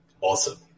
Awesome